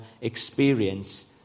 experience